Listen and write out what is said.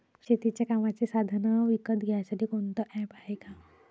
शेतीच्या कामाचे साधनं विकत घ्यासाठी कोनतं ॲप हाये का?